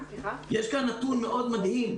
יש כאן נתון מאוד מדהים: